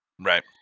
Right